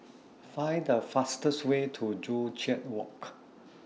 Find The fastest Way to Joo Chiat Walk